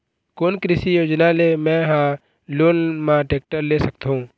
कोन कृषि योजना ले मैं हा लोन मा टेक्टर ले सकथों?